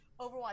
Overwatch